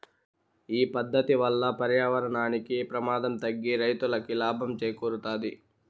ఈ పద్దతి వల్ల పర్యావరణానికి ప్రమాదం తగ్గి రైతులకి లాభం చేకూరుతాది